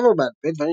בכתב או בעל פה,